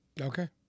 Okay